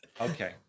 Okay